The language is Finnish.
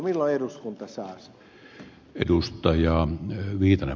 milloin eduskunta saa sen